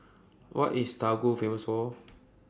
What IS Togo Famous For